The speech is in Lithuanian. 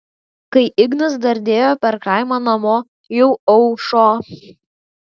kai ignas dardėjo per kaimą namo jau aušo